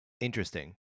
Interesting